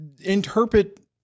interpret